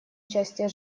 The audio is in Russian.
участие